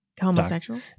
Homosexual